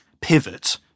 pivot